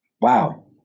Wow